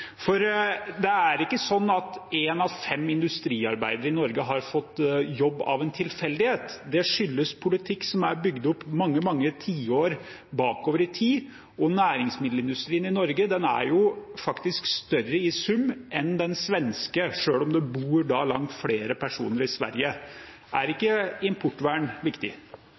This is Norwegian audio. Det er ikke sånn at én av fem industriarbeidere i Norge har fått jobb av en tilfeldighet. Det skyldes politikk som er bygd opp mange, mange tiår bakover i tid, og næringsmiddelindustrien i Norge er faktisk større i sum enn den svenske, sjøl om det bor langt flere personer i Sverige. Er ikke importvern viktig?